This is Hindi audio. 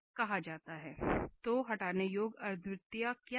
तो हटाने योग्य अद्वितीयता क्या है